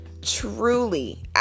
Truly